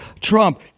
Trump